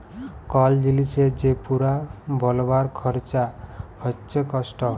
call জিলিসের যে পুরা বলবার খরচা হচ্যে কস্ট